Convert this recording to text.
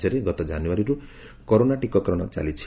ରାଜ୍ୟରେ ଗତ ଜାନୁଆରୀରୁ କରୋନା ଟିକାକରଣ ଚାଲିଛି